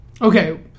Okay